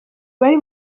abari